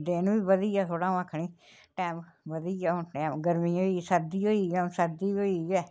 दिन बी बधी गेआ थोह्ड़ा अ'ऊं आक्खनी टैम बधी गेआ हून गर्मी होई गेई सर्दी होई गेई हून सर्दी बी होई गेई ऐ